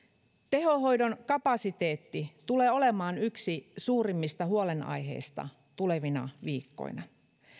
tehohoidon kapasiteetti tulee olemaan yksi suurimmista huolenaiheista tulevina viikkoina